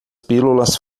pílulas